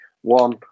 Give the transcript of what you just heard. one